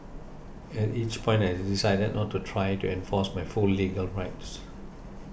at each point I decided not to try to enforce my full legal rights